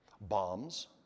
bombs